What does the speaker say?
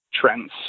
trends